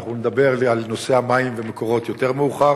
אנחנו נדבר על נושא המים ו"מקורות" יותר מאוחר.